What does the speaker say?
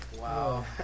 Wow